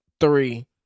three